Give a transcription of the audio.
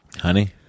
Honey